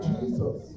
Jesus